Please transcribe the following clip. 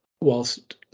Whilst